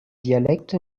dialekte